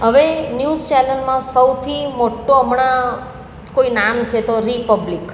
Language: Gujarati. હવે ન્યૂઝ ચેનલમાં સૌથી મોટો હમણાં કોઈ નામ છે તો રિપબ્લિક